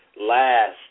last